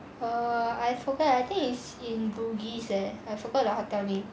err I forget I think is in bugis leh I forgot the hotel name